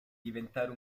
diventare